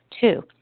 Two